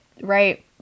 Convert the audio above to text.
right